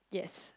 yes